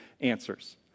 answers